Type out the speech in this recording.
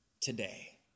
today